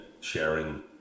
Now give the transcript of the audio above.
sharing